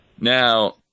now